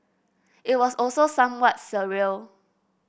it was also somewhat surreal